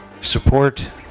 support